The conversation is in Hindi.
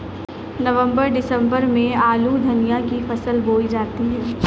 नवम्बर दिसम्बर में आलू धनिया की फसल बोई जाती है?